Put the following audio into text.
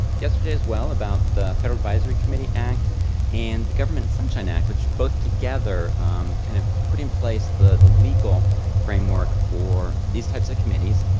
yesterday as well about the federal advisory committee act and the government sunshine act, which both together kind of put in place the the legal framework for these types of committees,